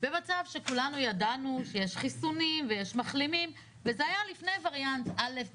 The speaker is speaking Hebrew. במצב שכולנו ידענו שיש חיסונים ויש מחלימים וזה היה לפני וריאנט מסוים.